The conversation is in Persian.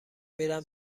میرم